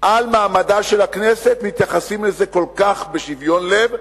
על מעמדה של הכנסת מתייחסים לזה כל כך בשוויון לב,